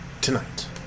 tonight